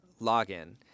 login